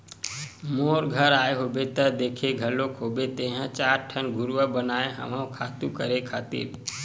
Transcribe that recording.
मोर घर आए होबे त देखे घलोक होबे तेंहा चार ठन घुरूवा बनाए हव खातू करे खातिर